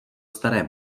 staré